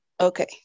Okay